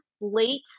late